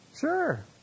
Sure